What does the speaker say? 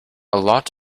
lot